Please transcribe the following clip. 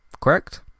correct